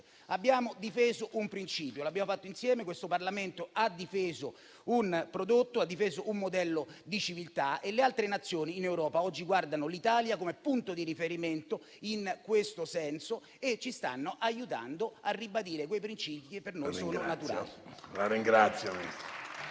Abbiamo difeso un principio, lo abbiamo fatto insieme. Questo Parlamento ha difeso un prodotto, un modello di civiltà e le altre Nazioni in Europa oggi guardano l'Italia come punto di riferimento in questo senso e ci stanno aiutando a ribadire quei principi che per noi sono naturali.